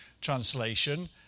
translation